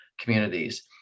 communities